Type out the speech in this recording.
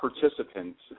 participants